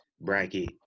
bracket